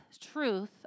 truth